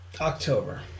October